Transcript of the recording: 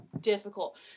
difficult